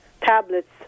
tablets